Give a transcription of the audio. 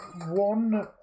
one